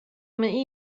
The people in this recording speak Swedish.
mig